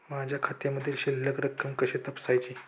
माझ्या खात्यामधील शिल्लक रक्कम कशी तपासायची?